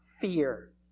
fear